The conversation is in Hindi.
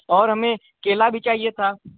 और हमें केला भी चाहिये था